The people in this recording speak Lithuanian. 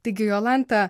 teigia jolanta